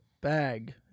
bag